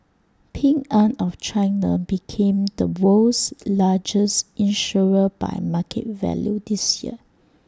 Ping an of China became the world's largest insurer by market value this year